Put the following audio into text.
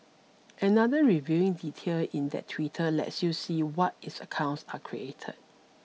another revealing detail in that Twitter lets you see when its accounts are created